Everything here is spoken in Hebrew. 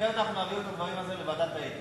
אחרת נעביר את הדברים על זה לוועדת האתיקה.